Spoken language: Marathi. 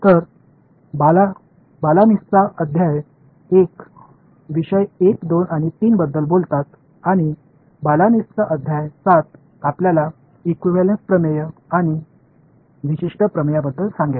तर बालानिसचा अध्याय 1 विषय 1 2 आणि 3 बद्दल बोलतात आणि बालानिसचा अध्याय 7 आपल्याला इक्विव्हॅलेंस प्रमेय आणि विशिष्ट प्रमेयांबद्दल सांगेल